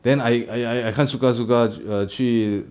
then I I I can't suka-suka err 去